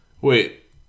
Wait